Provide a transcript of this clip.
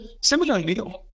Similarly